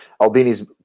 Albini's